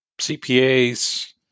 CPAs